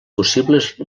possibles